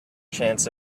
chance